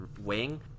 wing